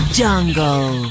jungle